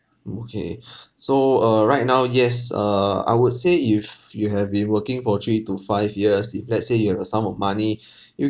mm okay so uh right now yes err I would say if you have been working for three to five years if let's say you have a sum of money you